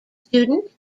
student